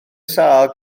sâl